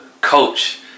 coach